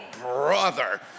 brother